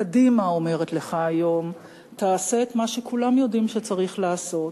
קדימה אומרת לך היום: תעשה את מה שכולם יודעים שצריך לעשות,